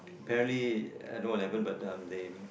apparently I don't know what happened but um they